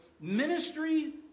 ministry